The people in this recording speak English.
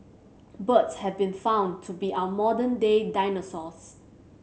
birds have been found to be our modern day dinosaurs